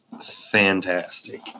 fantastic